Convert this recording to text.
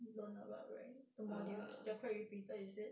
learn about right the modules they are quite repeated is it